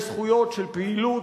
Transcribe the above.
יש זכויות של פעילות,